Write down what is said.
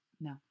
No